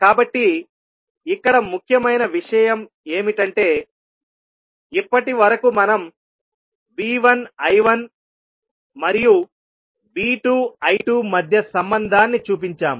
కాబట్టి ఇక్కడ ముఖ్యమైన విషయం ఏమిటంటే ఇప్పటివరకు మనం V1 I1 మరియు V2 I2 మధ్య సంబంధాన్ని చూపించాము